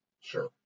sure